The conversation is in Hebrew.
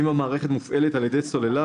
אם המערכת מופעלת על ידי סוללה,